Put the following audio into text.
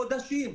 חודשים.